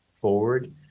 forward